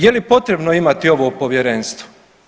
Je li potrebno imati ovo povjerenstvo?